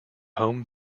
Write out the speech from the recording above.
home